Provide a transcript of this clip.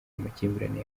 amakimbirane